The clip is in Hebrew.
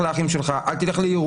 אל תלך לאימא שלך,